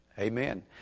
Amen